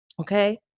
Okay